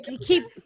keep